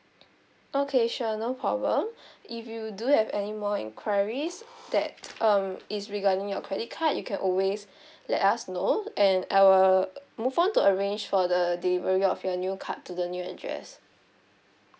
okay sure no problem if you do have any more enquiries that um is regarding your credit card you can always let us know and I will move on to arrange for the delivery of your new card to the new address